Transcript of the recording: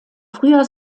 früher